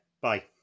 Bye